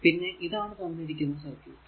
പിന്നെ ഇതാണ് തന്നിരിക്കുന്ന സർക്യൂട്